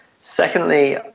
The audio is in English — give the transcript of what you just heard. Secondly